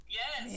yes